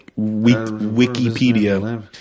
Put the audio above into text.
Wikipedia